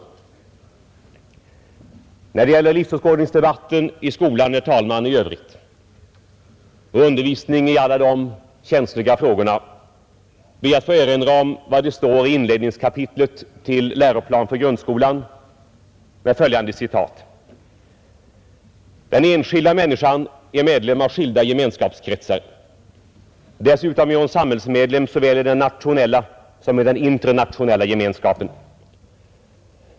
När det sedan gäller livsåskådningsdebatten i skolan i övrigt och undervisningen i alla de känsliga frågorna ber jag att få erinra om vad som står i inledningskapitlet till läroplan för grundskolan, nämligen följande: ”Den enskilda människan är medlem av skilda gemenskapskretsar. Dessutom är hon samhällsmedlem såväl i den nationella som i den internationella gemenskapen.